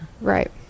right